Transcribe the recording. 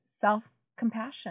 self-compassion